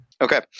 Okay